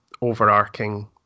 overarching